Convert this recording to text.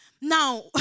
Now